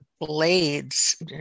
blades